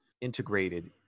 integrated